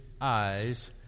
eyes